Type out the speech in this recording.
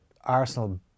Arsenal